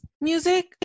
music